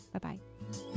Bye-bye